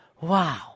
Wow